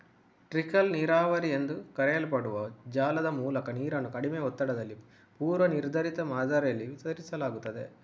trickle ನೀರಾವರಿ ಎಂದು ಕರೆಯಲ್ಪಡುವ ಜಾಲದ ಮೂಲಕ ನೀರನ್ನು ಕಡಿಮೆ ಒತ್ತಡದಲ್ಲಿ ಪೂರ್ವ ನಿರ್ಧರಿತ ಮಾದರಿಯಲ್ಲಿ ವಿತರಿಸಲಾಗುತ್ತದೆ